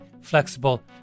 flexible